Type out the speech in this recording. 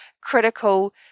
critical